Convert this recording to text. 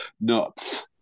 Nuts